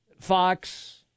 Fox